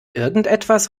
irgendetwas